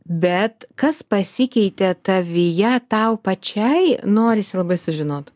bet kas pasikeitė tavyje tau pačiai norisi labai sužinot